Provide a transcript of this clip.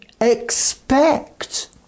expect